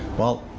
well,